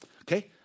Okay